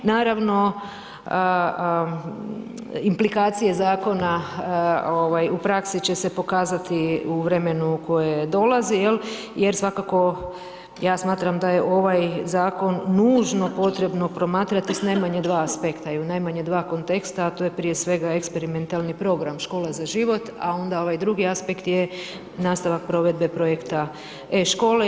Naravno implikacije zakona u praksi će se pokazati u vremenu koje dolazi jer svakako ja smatram da je ovaj zakon nužno potrebno promatrati sa najmanje dva aspekta i u najmanje dva konteksta a to je prije svega eksperimentalni program škola za život a onda ovaj drugi aspekt je nastavak provedbe projekta e-škola.